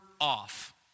off